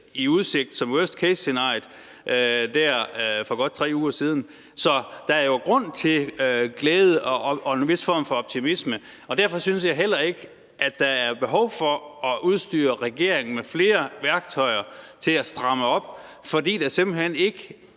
i udsigt som worst case-scenariet for godt tre uger siden. Så der er jo grund til glæde og en vis form for optimisme. Derfor synes jeg heller ikke, at der er behov for at udstyre regeringen med flere værktøjer til at stramme op, fordi der simpelt hen ikke,